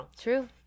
True